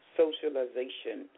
socialization